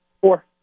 Four